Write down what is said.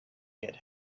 get